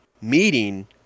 meeting